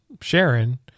Sharon